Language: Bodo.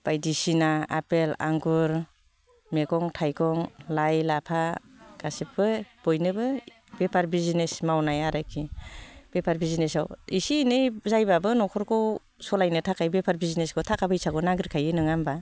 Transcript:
बायदिसिना आफेल आंगुर मैगं थाइगं लाइ लाफा गासिबो बयनोबो बेफार बिजिनेस मावनाय आरोखि बेफार बिजिनेसाव इसे इनै जायोब्लाबो न'खरखौ सलायनो थाखाय बेफार बिजिनेसखौ थाखा फैसाखौ नागिरखायो नोङा होमबा